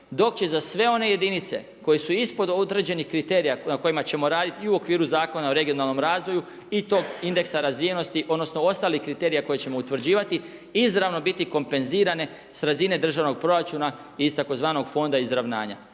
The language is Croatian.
dok će za sve one jedinice koje su ispod određenih kriterija na kojima ćemo raditi i u okviru Zakona o regionalnom razvoju i tog indeksa razvijenosti odnosno ostalih kriterija koje ćemo utvrđivati izravno biti kompenzirane sa razine državnog proračuna iz tzv. fonda izravnanja.